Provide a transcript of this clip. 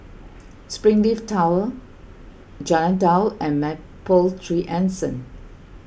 Springleaf Tower Jalan Daud and Mapletree Anson